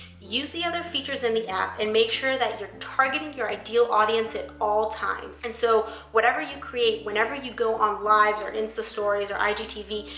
use the other features in the app and make sure that you're targeting your ideal audience at all times. and so whatever you create, whenever you go on lives or insastories or igtv,